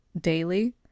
daily